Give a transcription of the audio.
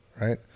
right